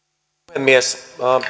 puhemies